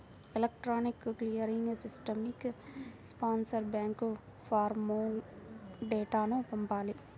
electronic clearing సిస్టమ్కి sponsor bank ఫారమ్లో డేటాను పంపాలి